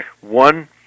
One